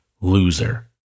loser